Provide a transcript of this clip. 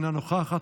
אינה נוכחת,